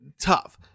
tough